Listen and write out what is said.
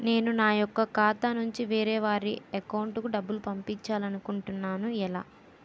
నేను నా యెక్క ఖాతా నుంచి వేరే వారి అకౌంట్ కు డబ్బులు పంపించాలనుకుంటున్నా ఎలా?